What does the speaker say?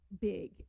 big